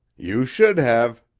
you should have,